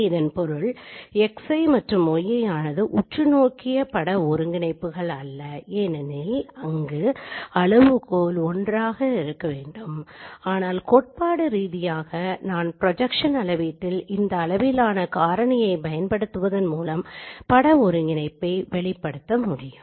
இதன் பொருள் x மற்றும் y ஆனது உற்றுநோக்கிய பட ஒருங்கிணைப்புகள் அல்ல ஏனெனில் அங்கு அளவுகோல் 1 ஆக இருக்க வேண்டும் ஆனால் கோட்பாட்டு ரீதியாக நான் திட்ட அளவீட்டில் இந்த அளவிலான காரணியைப் பயன்படுத்துவதன் மூலம் பட ஒருங்கிணைப்பை வெளிப்படுத்த முடியும்